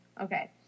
Okay